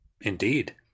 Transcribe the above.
indeed